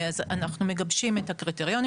אז אנחנו מגבשים את הקריטריונים,